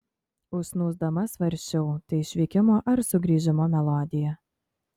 užsnūsdama svarsčiau tai išvykimo ar sugrįžimo melodija